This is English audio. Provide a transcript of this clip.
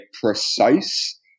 precise